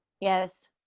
Yes